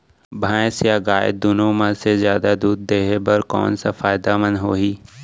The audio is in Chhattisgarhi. भैंस या गाय दुनो म से जादा दूध देहे बर कोन ह फायदामंद होही?